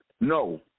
No